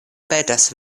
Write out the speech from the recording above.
petas